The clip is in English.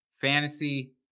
fantasy